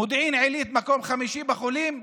מודיעין עילית, מקום חמישי בחולים,